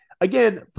Again